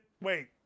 wait